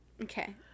okay